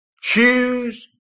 choose